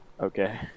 Okay